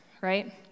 right